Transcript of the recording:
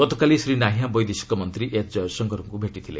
ଗତକାଲି ଶ୍ରୀ ନାହିୟାଁ ବୈଦେଶିକ ମନ୍ତ୍ରୀ ଏଚ୍ ଜୟଶଙ୍କରଙ୍କୁ ଭେଟିଥିଲେ